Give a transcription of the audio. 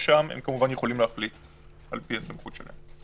ששם הם כמובן יכולים להחליט על פי הסמכות שלהם.